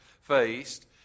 faced